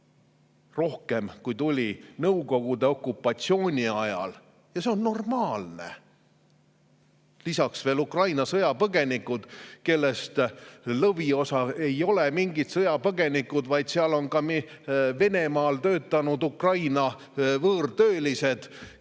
rohkem, kui tuli Nõukogude okupatsiooni ajal –, ja see on normaalne. Lisaks, Ukraina sõjapõgenikud, kellest lõviosa ei ole mingid sõjapõgenikud, vaid on ka Venemaal töötanud ukraina võõrtöölised, kes